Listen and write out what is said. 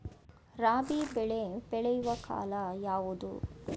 ರಾಬಿ ಬೆಳೆ ಬೆಳೆಯುವ ಕಾಲ ಯಾವುದು?